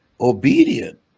obedient